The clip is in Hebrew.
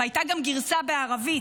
והייתה גם גרסה בערבית: